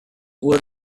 would